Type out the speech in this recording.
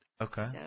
Okay